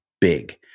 big